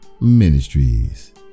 Ministries